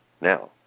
now